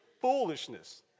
foolishness